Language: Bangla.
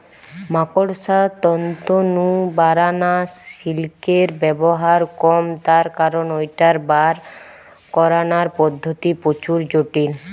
মাকড়সার তন্তু নু বারানা সিল্কের ব্যবহার কম তার কারণ ঐটার বার করানার পদ্ধতি প্রচুর জটিল